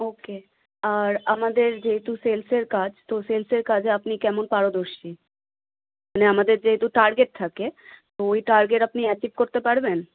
ওকে আর আমাদের যেহেতু সেলসের কাজ তো সেলসের কাজে আপনি কেমন পারদর্শী মানে আমাদের যেহেতু টার্গেট থাকে তো ওই টার্গেট আপনি অ্যাচিভ করতে পারবেন